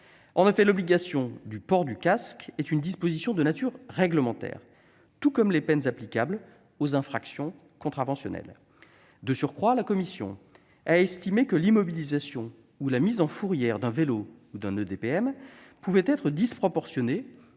En effet, l'obligation du port du casque est une disposition de nature réglementaire, tout comme les peines applicables aux infractions contraventionnelles. De surcroît, la commission a estimé que l'immobilisation ou la mise en fourrière d'un vélo ou d'un EDPM pouvait être disproportionnée